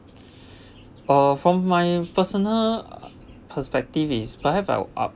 uh from my personal perspective is perhaps I will up